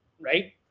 right